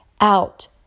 out